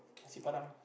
Nasi-Padang